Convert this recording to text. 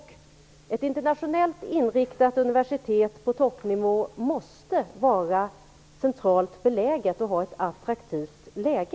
Ett internationellt inriktat universitet på toppnivå måste vara centralt beläget och ha ett attraktivt läge.